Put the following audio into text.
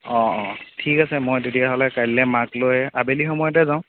অঁ অঁ ঠিক আছে মই তেতিয়াহ'লে কাইলৈ মাক লৈ আবেলি সময়তে যাওঁ